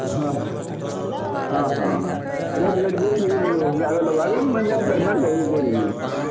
ହଁ ହଁ ହଁ ହଁ ରେଟ୍ବେଟ୍ ବି